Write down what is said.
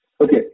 Okay